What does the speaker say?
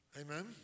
Amen